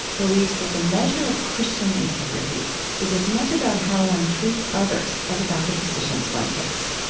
believes that the measure of christian integrity is as much about how one treats others as about the positions one takes.